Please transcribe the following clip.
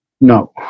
No